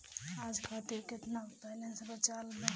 आज खातिर केतना बैलैंस बचल बा?